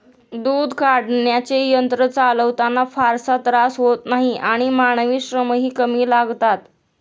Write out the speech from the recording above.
दूध काढण्याचे यंत्र चालवताना फारसा त्रास होत नाही आणि मानवी श्रमही कमी लागतात